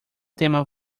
tema